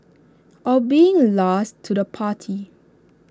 or being last to the party